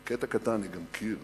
בקטע קטן זה גם קיר.